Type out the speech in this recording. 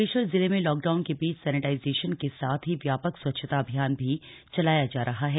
बागेश्वर जिले में लॉकडाउन के बीच सैनेटाइजेशन के साथ ही व्यापक स्वच्छता अभियान भी चलाया जा रहा है